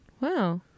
Wow